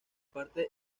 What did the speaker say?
parte